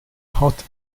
hot